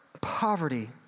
poverty